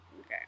Okay